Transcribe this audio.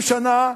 אם בעוד 50 שנה,